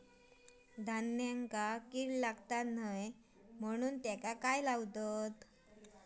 धान्यांका कीड लागू नये म्हणून त्याका काय लावतत?